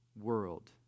world